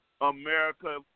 America